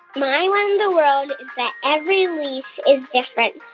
my wow in the world is that every leaf is different.